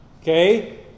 Okay